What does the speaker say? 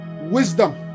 wisdom